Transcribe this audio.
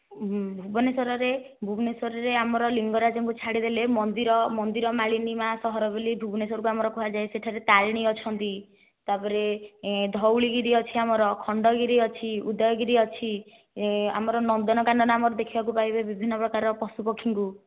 ଭୁବନେଶ୍ବରରେ ଭୁବନେଶ୍ବରରେ ଆମର ଲିଙ୍ଗରାଜଙ୍କୁ ଛାଡ଼ିଦେଲେ ମନ୍ଦିର ମନ୍ଦିର ମାଳିନୀ ମାଆ ସହର ବୋଲି ଭୁବନେଶ୍ବରକୁ ଆମର କୁହାଯାଏ ସେଠାରେ ତାରିଣୀ ଅଛନ୍ତି ତାପରେ ଧଉଳିଗିରି ଅଛି ଆମର ଖଣ୍ଡଗିରି ଅଛି ଉଦୟଗିରି ଅଛି ଆମର ନନ୍ଦନକାନନ ଆମର ଦେଖିବାକୁ ପାଇବେ ବିଭିନ୍ନ ପ୍ରକାର ପଶୁପକ୍ଷୀଙ୍କୁ